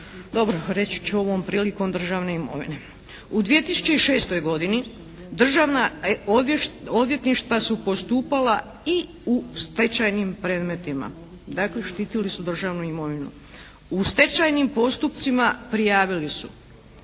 reći ću ovom prilikom državne imovine. U 2006. godini državna odvjetništva su postupala i u stečajnim predmetima. Dakle štitili su državnu imovinu. U stečajnim postupcima prijavili su